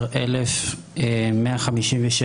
11,156,